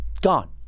gone